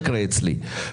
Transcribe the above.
אצלי זה לא יקרה.